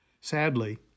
Sadly